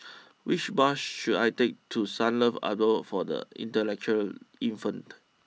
which bus should I take to Sunlove Abode for the Intellectually Infirmed